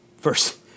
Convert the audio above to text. first